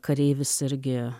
kareivis irgi